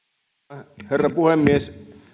arvoisa herra puhemies